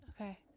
Okay